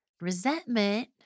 Resentment